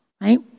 right